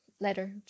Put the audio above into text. letter